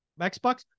Xbox